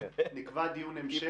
נקבע דיון המשך.